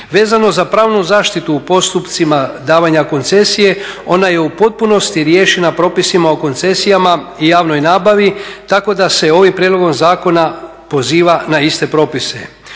Vezano uz pravnu zaštitu u postupcima davanja koncesije, ona je u potpunosti riješena propisima o koncesijama i javnoj nabavi tako da se ovim prijedlogom zakona poziva na iste propise.